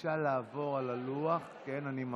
בבקשה לעבור על הלוח, כן, אני ממתין.